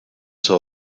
zur